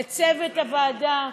לצוות הוועדה,